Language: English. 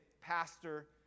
pastor